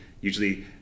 usually